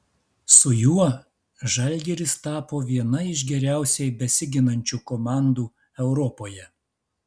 su juo žalgiris tapo viena iš geriausiai besiginančių komandų europoje